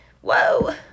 whoa